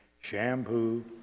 shampoo